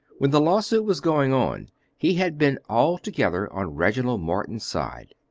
when the law-suit was going on he had been altogether on reginald morton's side.